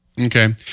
Okay